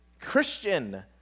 Christian